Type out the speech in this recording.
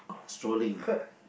strolling